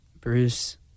Bruce